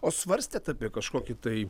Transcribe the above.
o svarstėt apie kažkokį tai